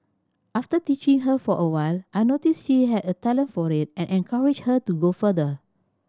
after teaching her for a while I noticed she had a talent for it and encouraged her to go further